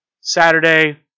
Saturday